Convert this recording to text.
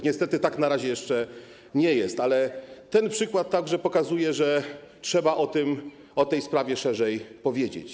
Niestety, tak na razie jeszcze nie jest, ale ten przykład także pokazuje, że trzeba o tej sprawie szerzej powiedzieć.